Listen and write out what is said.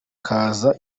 kaza